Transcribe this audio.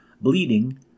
bleeding